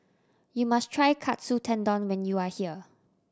you must try Katsu Tendon when you are here